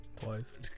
twice